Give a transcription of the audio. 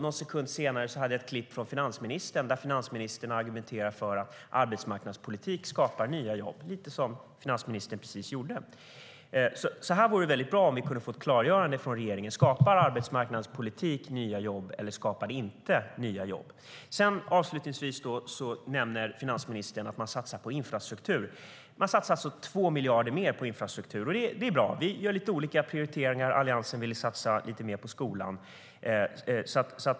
Någon sekund senare hade jag ett klipp från finansministern där hon argumenterar för att arbetsmarknadspolitik skapar nya jobb, lite som finansministern precis gjorde här. Avslutningsvis nämner finansministern att man satsar på infrastruktur. Man satsar alltså 2 miljarder mer på infrastruktur. Det är bra. Vi gör lite olika prioriteringar. Alliansen ville satsa lite mer på skolan.